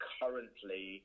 currently